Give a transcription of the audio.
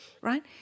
Right